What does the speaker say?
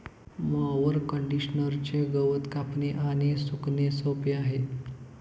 mower कंडिशनरचे गवत कापणे आणि सुकणे सोपे आहे